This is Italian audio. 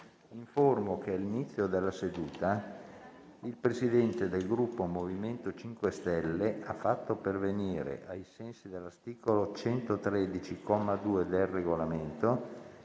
che all'inizio della seduta il Presidente del Gruppo MoVimento 5 Stelle ha fatto pervenire, ai sensi dell'articolo 113, comma 2, del Regolamento,